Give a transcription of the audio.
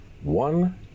One